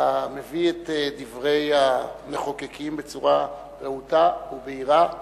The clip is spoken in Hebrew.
המביא את דברי המחוקקים בצורה רהוטה ובהירה,